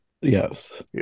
Yes